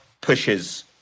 pushes